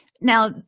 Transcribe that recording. Now